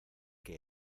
que